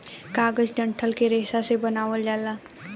कागज डंठल के रेशा से बनावल जाला